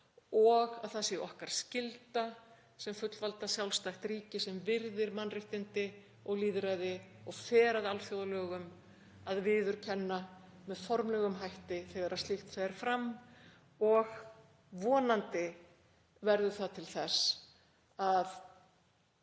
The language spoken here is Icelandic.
og að það sé okkar skylda, sem fullvalda sjálfstætt ríki sem virðir mannréttindi og lýðræði og fer að alþjóðalögum, að viðurkenna með formlegum hætti þegar slíkt fer fram. Vonandi verður það til þess að